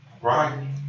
right